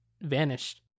vanished